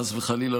חס וחלילה,